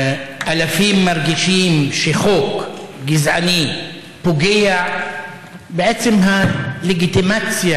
אלפים מרגישים שחוק גזעני פוגע בעצם הלגיטימציה